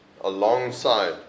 Alongside